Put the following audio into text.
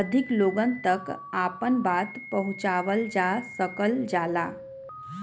अधिक लोगन तक आपन बात पहुंचावल जा सकल जाला